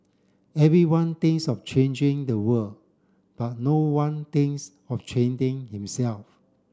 everyone thinks of changing the world but no one thinks of changing himself